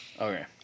Okay